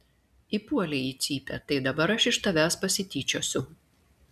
įpuolei į cypę tai dabar aš iš tavęs pasityčiosiu